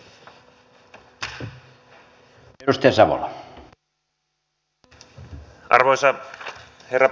arvoisa herra puhemies